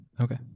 Okay